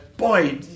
Boy